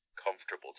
Comfortable